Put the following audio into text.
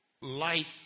Light